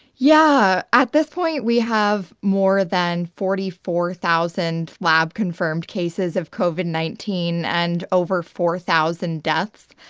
yeah. at this point, we have more than forty four thousand lab-confirmed cases of covid nineteen and over four thousand deaths.